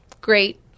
great